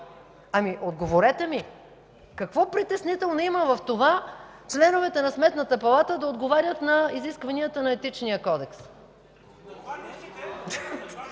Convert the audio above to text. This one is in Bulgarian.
Ами, отговорете ми: какво притеснително има в това членовете на Сметната палата да отговарят на изискванията на Етичния кодекс?